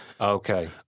Okay